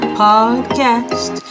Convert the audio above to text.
podcast